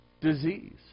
disease